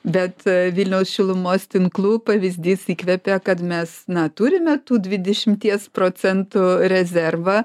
bet vilniaus šilumos tinklų pavyzdys įkvepia kad mes na turime tų dvidešimties procentų rezervą